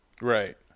Right